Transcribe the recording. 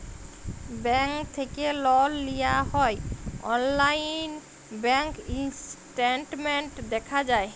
bank থ্যাকে লল লিয়া হ্যয় অললাইল ব্যাংক ইসট্যাটমেল্ট দ্যাখা যায়